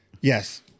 Yes